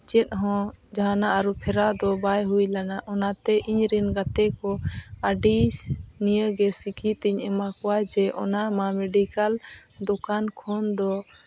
ᱪᱮᱫ ᱦᱚᱸ ᱡᱟᱦᱟᱱᱟᱜ ᱟᱹᱨᱩ ᱯᱷᱮᱨᱟᱣ ᱫᱚ ᱵᱟᱭ ᱦᱩᱭ ᱞᱮᱱᱟ ᱚᱱᱟᱛᱮ ᱤᱧᱨᱮᱱ ᱜᱟᱛᱮ ᱠᱚ ᱟᱹᱰᱤ ᱱᱤᱭᱟᱹᱜᱮ ᱥᱤᱠᱠᱷᱤᱛ ᱤᱧ ᱮᱢᱟ ᱠᱚᱣᱟ ᱡᱮ ᱚᱱᱟ ᱢᱟ ᱢᱮᱰᱤᱠᱮᱞ ᱫᱳᱠᱟᱱ ᱠᱷᱚᱱ ᱫᱚ